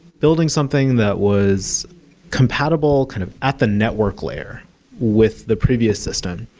building something that was compatible kind of at the network layer with the previous system.